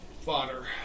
fodder